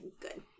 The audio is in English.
good